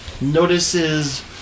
notices